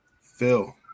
Phil